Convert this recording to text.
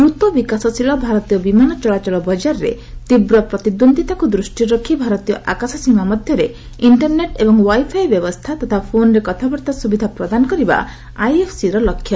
ଦ୍ରତ ବିକାଶଶୀଳ ଭାରତୀୟ ବିମାନ ଚଳାଚଳ ବକାରରେ ତୀବ୍ର ପ୍ରତିଦ୍ୱନ୍ଦିତାକୁ ଦୃଷ୍ଟିରେ ରଖି ଭାରତୀୟ ଆକାଶସୀମା ମଧ୍ୟରେ ଇଷ୍ଟରନେଟ୍ ଏବଂ ୱାଇଫାଇ ବ୍ୟବସ୍ଥା ତଥା ଫୋନରେ କଥାବାର୍ତ୍ତା ସୁବିଧା ପ୍ରଦାନ କରିବା ଆଇଏଫସିର ଲକ୍ଷ୍ୟ